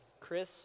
Chris